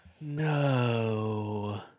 No